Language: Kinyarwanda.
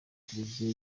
tereviziyo